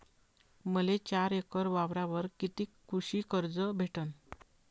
मले चार एकर वावरावर कितीक कृषी कर्ज भेटन?